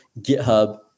GitHub